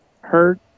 hurt